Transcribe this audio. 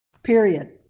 Period